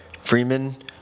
Freeman